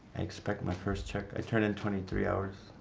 expect my first check, i turned in twenty three hours.